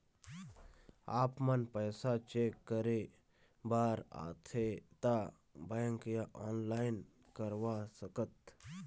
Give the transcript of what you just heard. आपमन पैसा चेक करे बार आथे ता बैंक या ऑनलाइन करवा सकत?